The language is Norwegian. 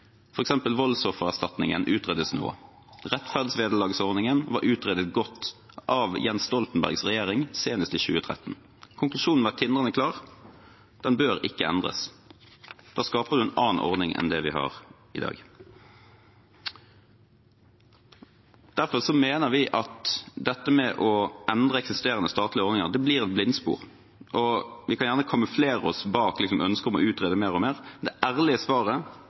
utredes nå voldsoffererstatningen. Rettferdsvederlagsordningen ble utredet godt av Jens Stoltenbergs regjering, senest i 2013. Konklusjonen var tindrende klar: Den bør ikke endres. Da skaper man en annen ordning enn det vi har i dag. Derfor mener vi at det å endre eksisterende statlige ordninger blir et blindspor. Vi kan gjerne kamuflere oss bak ønsket om å utrede mer og mer, men det ærlige svaret